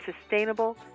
sustainable